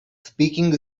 speaking